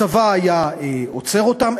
הצבא היה עוצר אותם,